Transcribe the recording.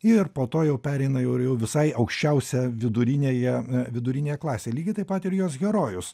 ir po to jau pereina jau ir jau visai aukščiausią viduriniąją viduriniąją klasę lygiai taip pat ir jos herojus